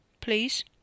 Please